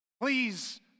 Please